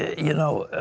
you know,